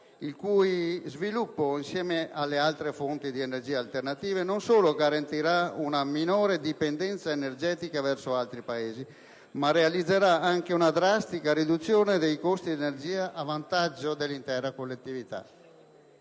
il cui sviluppo, insieme alle altre fonti di energia alternative, non solo garantirà una minore dipendenza energetica verso altri Paesi, ma realizzerà anche una drastica riduzione dei costi dell'energia a vantaggio dell'intera collettività.